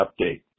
update